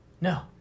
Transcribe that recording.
No